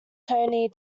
tony